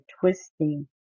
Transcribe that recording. twisting